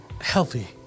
Healthy